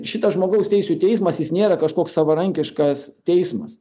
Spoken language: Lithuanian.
šitas žmogaus teisių teismas jis nėra kažkoks savarankiškas teismas